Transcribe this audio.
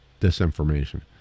disinformation